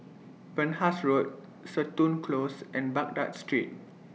Penhas Road Seton Close and Baghdad Street